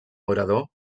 orador